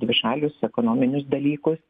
dvišalius ekonominius dalykus